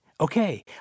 okay